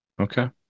Okay